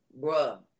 bruh